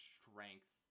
strength